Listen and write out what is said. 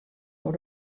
oer